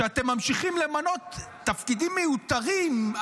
כשאתם ממשיכים למנות לתפקידים מיותרים,